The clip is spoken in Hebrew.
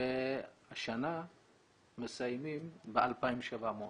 והשנה מסיימים ב-2,700.